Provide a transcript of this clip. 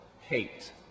hate